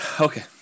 okay